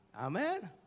Amen